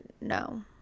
no